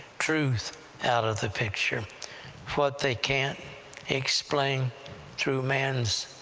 truth out of the picture what they can't explain through man's